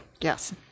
Yes